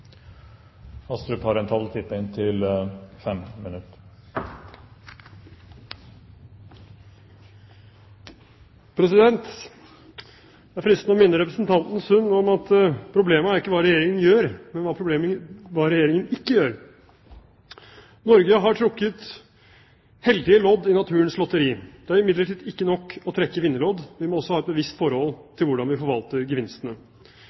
fristende å minne representanten Sund om at problemet ikke er hva Regjeringen gjør, men hva Regjeringen ikke gjør. Norge har trukket heldige lodd i naturens lotteri. Det er imidlertid ikke nok å trekke vinnerlodd; vi må også ha et bevisst forhold til hvordan vi forvalter gevinstene.